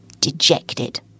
Dejected